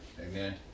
Amen